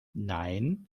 nein